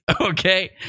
Okay